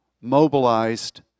mobilized